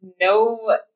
no